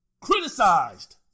Criticized